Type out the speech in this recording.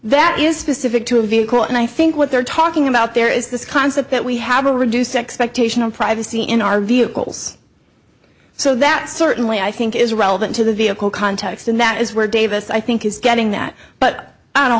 that is specific to a vehicle and i think what they're talking about there is this concept that we have a reduced expectation of privacy in our vehicles so that certainly i think is relevant to the vehicle context and that is where davis i think is getting that but i don't